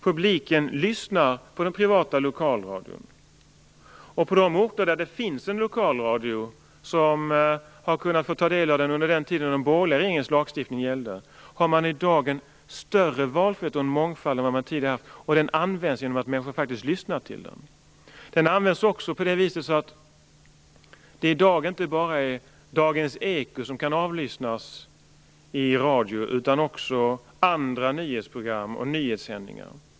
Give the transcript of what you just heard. Publiken lyssnar på den privata lokalradion. Och på de orter där det finns en lokalradio som människor har kunnat få ta del av under den tid som den borgerliga regeringens lagstiftning gällde har man i dag en större valfrihet och mångfald än vad man tidigare har haft, och den används genom att människor faktiskt lyssnar på den. Den används också på det viset att det i dag inte bara är Dagens eko som kan avlyssnas i radio utan även andra nyhetsprogram och nyhetssändningar.